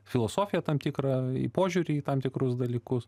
filosofiją tam tikrą požiūrį į tam tikrus dalykus